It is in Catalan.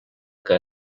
que